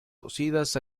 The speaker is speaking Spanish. cocidas